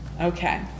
Okay